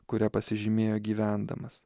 kuria pasižymėjo gyvendamas